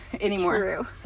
anymore